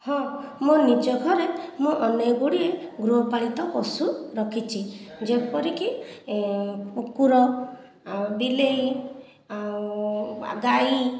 ହଁ ମୋ ନିଜ ଘରେ ମୁଁ ଅନେକ ଗୁଡ଼ିଏ ଗୃହପାଳିତ ପଶୁ ରଖିଛି ଯେପରିକି କୁକୁର ଆଉ ବିଲେଇ ଆଉ ଗାଈ